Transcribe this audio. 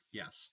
yes